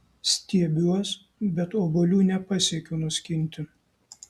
stiebiuos bet obuolių nepasiekiu nuskinti